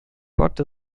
gott